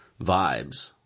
vibes